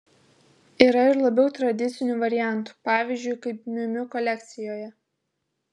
yra ir labiau tradicinių variantų pavyzdžiui kaip miu miu kolekcijoje